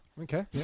Okay